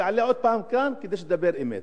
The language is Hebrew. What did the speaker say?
והיא תעלה עוד פעם כאן כדי שתדבר אמת.